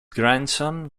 grandson